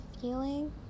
feeling